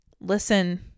listen